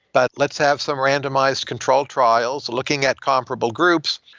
but let's have some randomized controlled trials looking at comparable groups.